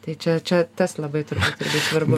tai čia čia tas labai turbūt svarbu